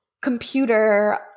computer